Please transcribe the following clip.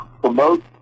promote